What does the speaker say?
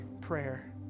prayer